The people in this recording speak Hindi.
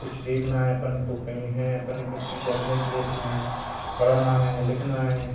कुछ देखना है अपन को कहीं हैं अपने को चीज़ अर्जेंट देखना है पढ़ना है लिखना है